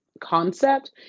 concept